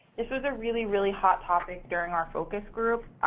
this was a really, really hot topic during our focus group.